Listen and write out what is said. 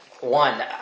one